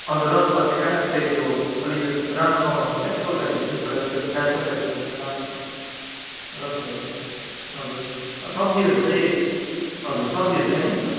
हजुर रसवाला त्यो कटप्पै त्यो अलिकति राम्रो साउन्ड आउने के त्यो टोक्दाखेरि पनि त्यस्तो खालको फ्यास्सो टाइपको छैन त्यो राम्रो छ रसिलो टाइपको हजुर सब्जीहरू चाहिँ हजुर सब्जीहरू चाहिँदैन